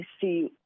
see